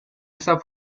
esta